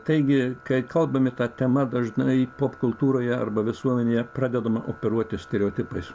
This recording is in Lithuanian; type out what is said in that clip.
taigi kai kalbame ta tema dažnai popkultūroje arba visuomenėje pradedama operuoti stereotipais